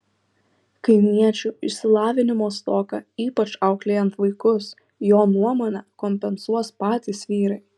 kaimiečių išsilavinimo stoką ypač auklėjant vaikus jo nuomone kompensuos patys vyrai